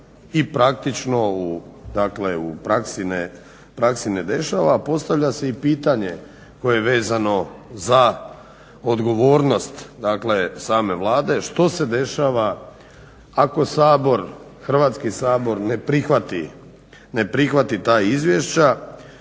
i praktično u praksi ne dešava. A postavlja se i pitanje koje je vezano za odgovornost, dakle same Vlade, što se dešava ako Sabor, Hrvatski sabor ne prihvati ta izvješća.